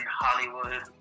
Hollywood